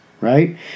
right